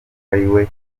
ariwe